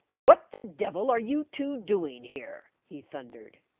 what the devil are you two doing here? he thundered.